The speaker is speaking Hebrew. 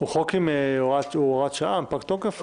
זה חוק שהוא הוראת שעה, הוא פג תוקף?